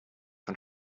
von